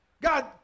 God